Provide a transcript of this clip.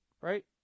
Right